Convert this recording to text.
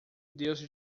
deus